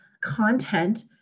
content